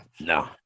no